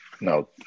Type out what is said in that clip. No